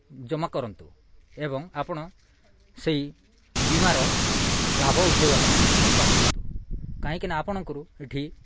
ଜମା କରନ୍ତୁ ଏବଂ ଆପଣ ସେହି ବୀମାର ଲାଭ ଉଠାଇବା ପାଇଁ ଚେଷ୍ଟା କରନ୍ତୁ କାହିଁକିନା ଆପଣଙ୍କର ଏଇଠି